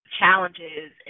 challenges